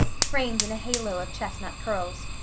framed in a halo of chestnut curls.